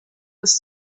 ist